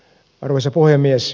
arvoisa puhemies